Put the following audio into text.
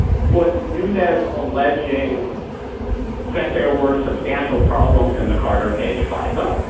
was nunez alleging that there were substantial problems in the carter page, phizer,